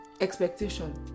expectation